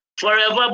forever